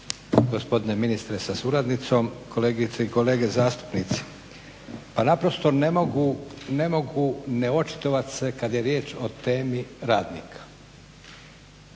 gospodine ministre sa suradnicom, kolegice i kolege zastupnici. Pa naprosto ne mogu ne očitovati se kada je riječ o temi radnika.